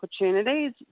opportunities